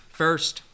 first